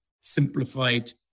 simplified